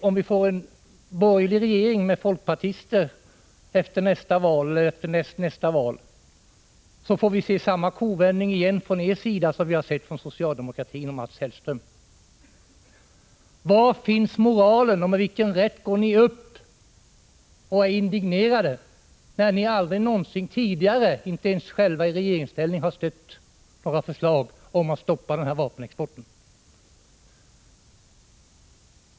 Om vi får en borgerlig regering efter nästa val eller valet därefter, i vilken folkpartister ingår, får vi alltså uppleva samma kovändning av er som vi nu har fått uppleva av socialdemokraterna och Mats Hellström. Var finns moralen, och med vilken rätt är ni indignerade när ni aldrig tidigare, inte ens i regeringsställning, har stött våra förslag om att stoppa denna vapenexport?